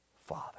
Father